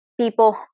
people